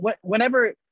whenever